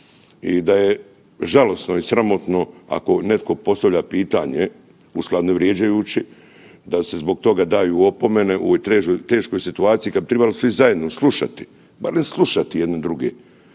i da je žalosno i sramotno ako netko postavlja pitanje …/nerazumljivo/… da se zbog toga daju opomene u ovoj teškoj situaciji kad bi trebali svi zajedno slušati, barem slušati jedni druge,